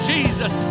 Jesus